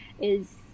is-